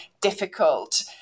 difficult